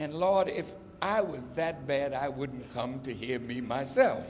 and a lot if i was that bad i wouldn't come to hear me myself